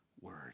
word